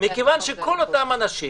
מכיוון שכל אותם האנשים